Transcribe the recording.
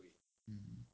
mm